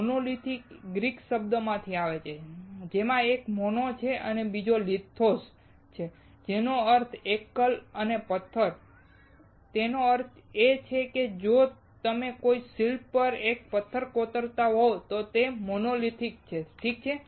monolithic Greek શબ્દોમાંથી આવે છે જેમાં એક મોનો છે અને બીજો લિથોઝ છે તેનો અર્થ એકલ અને પથ્થર તેનો અર્થ એ છે કે જો તમે કોઈ શિલ્પ પર એક પથ્થર કોતરતા હોવ તો તે મોનોલિથિક છે ઠીક છે